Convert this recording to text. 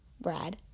Brad